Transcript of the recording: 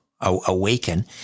awaken